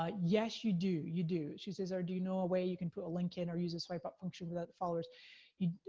ah yes, you do, you do. she says, or do you know a way you can put a link in, or use a swipe up function without followers?